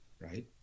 Right